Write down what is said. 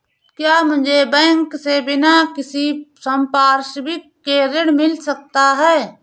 क्या मुझे बैंक से बिना किसी संपार्श्विक के ऋण मिल सकता है?